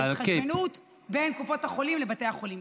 זו ההתחשבנות בין קופות החולים לבתי החולים.